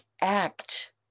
act